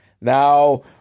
Now